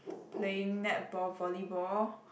playing netball volleyball